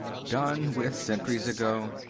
done with centuries ago.